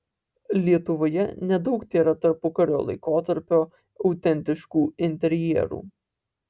lietuvoje nedaug tėra tarpukario laikotarpio autentiškų interjerų